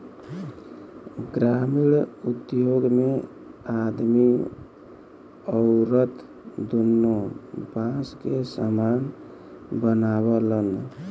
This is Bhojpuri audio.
ग्रामिण उद्योग मे आदमी अउरत दुन्नो बास के सामान बनावलन